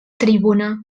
tribuna